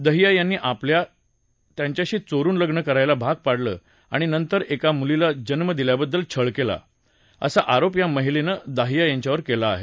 दहिया यांनी आपल्याला त्याच्याशी चोरुन लग्न करायला भाग पाडलं आणि नंतर एका मुलीला जन्म दिल्याबद्दल छळ केला असा आरोप या महिलेनं दहिया यांच्यावर केला आहे